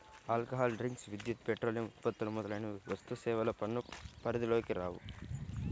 alcohol drinks, విద్యుత్, petroleum ఉత్పత్తులు మొదలైనవి వస్తుసేవల పన్ను పరిధిలోకి రావు